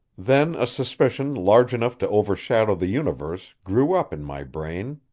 then a suspicion large enough to overshadow the universe grew up in my brain.